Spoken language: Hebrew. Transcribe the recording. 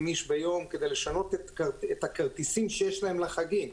איש ביום כדי לשנות את הכרטיסים שיש להם לחגים.